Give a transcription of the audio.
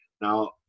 Now